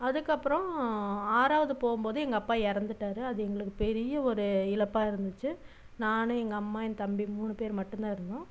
அதுக்கப்புறம் ஆறாவது போகும்போது எங்கள் அப்பா இறந்துட்டாரு அது எங்களுக்கு பெரிய ஒரு இழப்பாயிருந்துச்சி நான் எங்கள் அம்மா என் தம்பி மூணு பேர் மட்டும் தான் இருந்தோம்